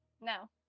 No